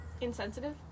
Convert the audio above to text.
insensitive